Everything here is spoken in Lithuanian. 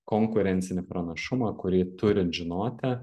konkurencinį pranašumą kurį turit žinoti